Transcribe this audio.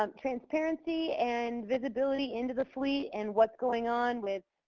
um transparency and visibility into the fleet and what's going on with,